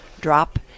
drop